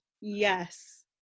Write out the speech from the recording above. yes